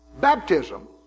baptism